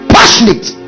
Passionate